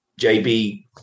JB